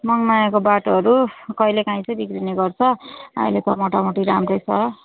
मङमायाको बाटोहरू कहिले काहीँ चाहिँ बिग्रिने गर्छ अहिले त मोटामोटी राम्रै छ